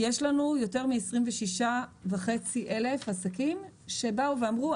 יש לנו יותר מ-26,500 עסקים שבאו ואמרו: